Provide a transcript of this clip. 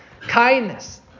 kindness